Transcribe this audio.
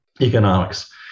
economics